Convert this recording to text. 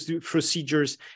procedures